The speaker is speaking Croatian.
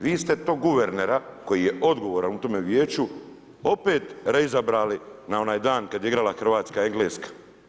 Vi ste tog guvernera koji je odgovoran u tome vijeću opet reizabrali na onaj dan kada je igrala Hrvatska-Engleska.